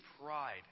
pride